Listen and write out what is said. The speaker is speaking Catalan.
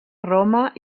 roma